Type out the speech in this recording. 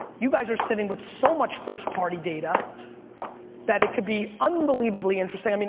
you guys are sitting with so much first party data that it could be unbelievably interesting. i mean